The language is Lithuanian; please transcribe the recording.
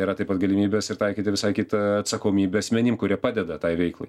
yra taip pat galimybės ir taikyti visai kitą atsakomybę asmenim kurie padeda tai veiklai